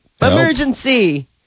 Emergency